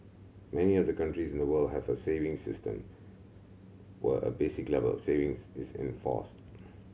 many of the countries in the world have a savings system where a basic level savings is enforced